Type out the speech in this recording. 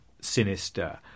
sinister